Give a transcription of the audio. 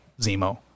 zemo